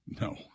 no